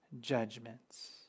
judgments